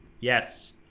Yes